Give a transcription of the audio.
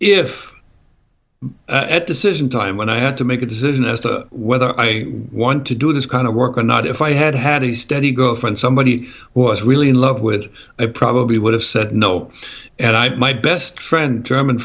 if a decision time when i had to make a decision as to whether i want to do this kind of work or not if i had had a steady girlfriend someone he was really in love with i probably would have said no and i my best friend german